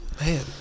Man